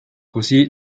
così